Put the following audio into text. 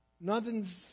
Nothing's